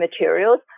materials